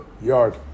yard